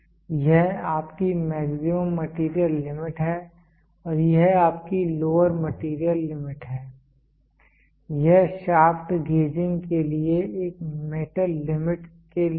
यह आपकी maximum material limit है और यह आपकी लोअर मटेरियल लिमिट है यह शाफ्ट गेजिंग के लिए एक मेटल लिमिट्स के लिए है